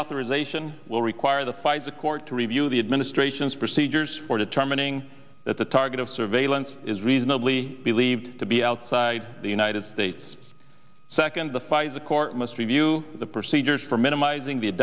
reauthorization will require the fight to court to review the administration's procedures for determining that the target of surveillance is reasonably believed to be outside the united states second the five the court must review the procedures for minimizing the